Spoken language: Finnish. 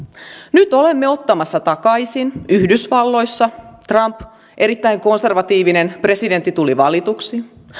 nyt olemme ottamassa takaisin yhdysvalloissa trump erittäin konservatiivinen presidentti tuli valituksi